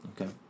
okay